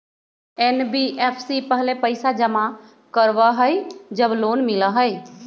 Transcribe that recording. NBFC पहले पईसा जमा करवहई जब लोन मिलहई?